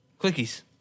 Clickies